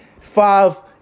five